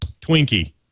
Twinkie